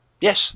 Yes